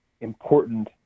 important